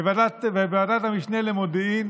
בוועדת המשנה למודיעין.